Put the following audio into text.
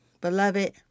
Beloved